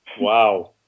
Wow